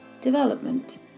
Development